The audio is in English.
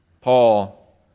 Paul